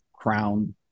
crown